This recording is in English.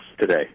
today